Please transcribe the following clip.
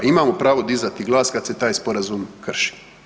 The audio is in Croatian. Imamo pravo dizati glas kad se taj Sporazum krši.